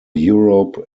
europe